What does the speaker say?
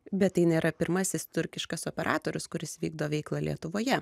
bet tai nėra pirmasis turkiškas operatorius kuris vykdo veiklą lietuvoje